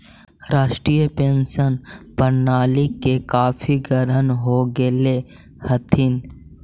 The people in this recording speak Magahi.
राष्ट्रीय पेंशन प्रणाली के काफी ग्राहक हो गेले हथिन